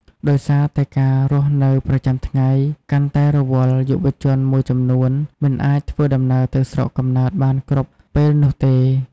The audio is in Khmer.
ដោយសារតែការរស់នៅប្រចាំថ្ងៃកាន់តែរវល់ យុវជនមួយចំនួនមិនអាចធ្វើដំណើរទៅស្រុកកំណើតបានគ្រប់ពេលនោះទេ។